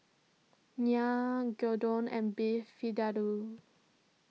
Naan Gyudon and Beef Vindaloo